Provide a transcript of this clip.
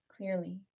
clearly